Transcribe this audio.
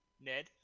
ned